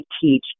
teach